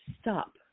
stop